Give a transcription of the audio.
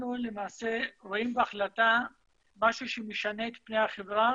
אנחנו רואים בהחלטה משהו שמשנה את פני החברה